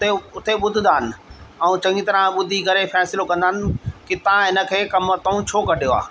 हुते हुते ॿुधंदा आहिनि ऐं चङी तरह ॿुधी करे फ़ैसिलो कंदा आहिनि कि तव्हां हिनखे कमु था छो कढियो आहे